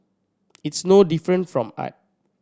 it's no different from art